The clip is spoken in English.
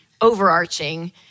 overarching